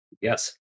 Yes